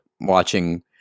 watching